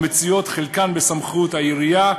המצויות חלקן בסמכות העירייה,